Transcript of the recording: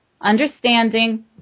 understanding